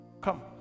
Come